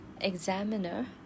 examiner